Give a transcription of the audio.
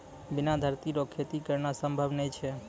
बिना धरती रो खेती करना संभव नै छै